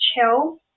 chill